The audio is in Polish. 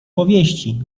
powieści